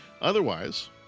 Otherwise